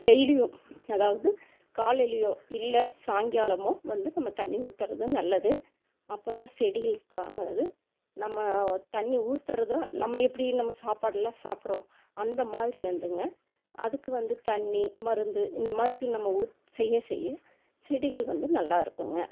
டெய்லியும் அதாவது காலைலியோ இல்லை சாய்ங்காலமோ வந்து நம்ம தண்ணி ஊற்றுறது நல்லது அப்போ தான் செடிகளுக்கானது நம்ம தண்ணி ஊற்றுறது தான் நம்ம எப்படி நம்ம சாப்பாடு எல்லாம் சாப்பிட்றோம் அந்த மாதிரி வந்துங்க அதுக்கு வந்து தண்ணி மருந்து இந்தமாரிக்கு நம்ம ஊத்து செய்ய செய்ய செடிகள் வந்து நல்லா இருக்குங்க